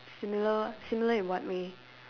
similar similar in what way